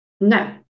No